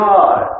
God